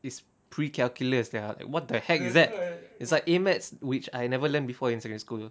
its pre-calculus sia what the heck is that it's like A maths which I never learn before in secondary school